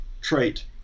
trait